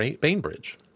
Bainbridge